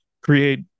create